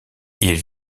ils